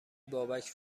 بابک